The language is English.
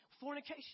Fornication